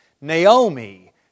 Naomi